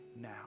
now